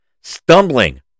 stumbling